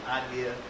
idea